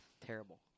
Terrible